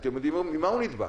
אתם יודעים ממה הוא נדבק,